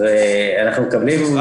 אני ראש היחידה לביו-סטטיסטיקה